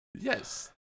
Yes